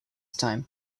time